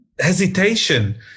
hesitation